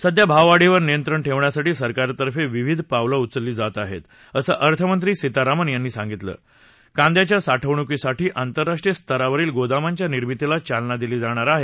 सध्या भावावाढीवर नियंत्रण ठेवण्यासाठी सरकारतर्फे विविध पावलं उचलली जात आहेत असं अर्थमंत्री सितारामन यांनी सांगितलं कांद्याच्या साठवणुकीसाठी आंतरराष्ट्रीय स्तरावरील गोदामांच्या निर्मितीला चालना दिली जाणार आहे